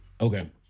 Okay